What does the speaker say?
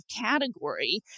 category